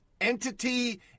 entity